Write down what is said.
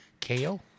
KO